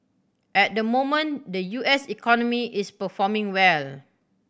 at the moment the U S economy is performing well